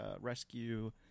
rescue